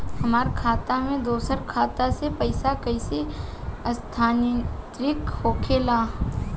हमार खाता में दूसर खाता से पइसा कइसे स्थानांतरित होखे ला?